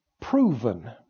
Proven